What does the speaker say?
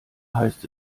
heißt